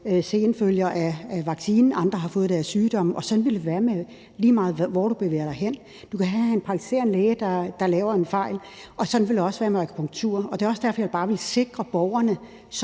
senfølger af vaccinen, mens andre har fået det af sygdommen, og sådan vil det være, lige meget hvor du bevæger dig hen. Du kan have en praktiserende læge, der laver en fejl, og sådan vil det også være med akupunktur. Det er også derfor, jeg bare vil sikre borgerne